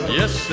yes